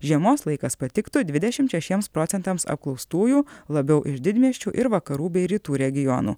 žiemos laikas patiktų dvidešim šešiems procentams apklaustųjų labiau iš didmiesčių ir vakarų bei rytų regionų